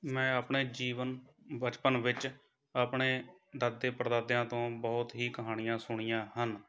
ਮੈਂ ਆਪਣੇ ਜੀਵਨ ਬਚਪਨ ਵਿੱਚ ਆਪਣੇ ਦਾਦੇ ਪੜਦਾਦਿਆਂ ਤੋਂ ਬਹੁਤ ਹੀ ਕਹਾਣੀਆਂ ਸੁਣੀਆਂ ਹਨ